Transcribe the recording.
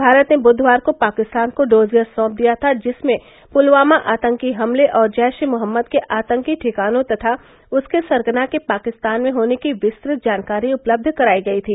भारत ने बुधवार को पाकिस्तान को डोजियर सौंप दिया था जिसमें पुलवामा आतंकी हमले और जैरो मोहम्मद के आतंकी ठिकानों तथा उसके सरगना के पाकिस्तान में होने की विस्तृत जानकारी उपलब्ध कराई गई थी